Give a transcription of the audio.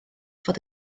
fod